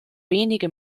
wenige